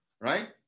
right